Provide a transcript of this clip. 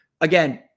again